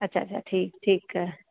अच्छा अच्छा ठीकु ठीकु आहे